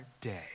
day